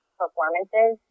performances